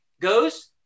goes